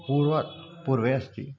पूर्वं पूर्वम् अस्ति